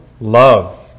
love